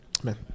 Amen